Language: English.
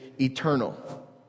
eternal